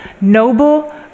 noble